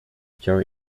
chciało